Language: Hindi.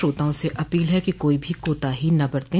श्रोताओं से अपील है कि कोई भी कोताही न बरतें